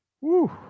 Woo